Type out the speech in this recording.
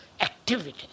activity